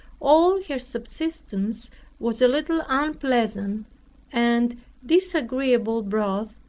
all her subsistence was a little unpleasant and disagreeable broth,